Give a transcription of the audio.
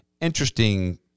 interesting